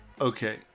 okay